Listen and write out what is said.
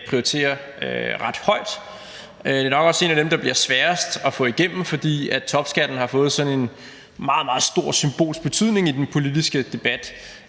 prioriterer ret højt. Det er nok også en af dem, der bliver sværest at få igennem, fordi topskatten har fået sådan en meget, meget stor symbolsk betydning i den politiske debat